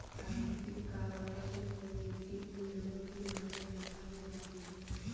प्राकृतिक कारणों से कभी मिट्टी मैं नमक की मात्रा ज्यादा हो जाती है